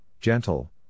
gentle